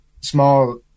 small